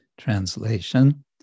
translation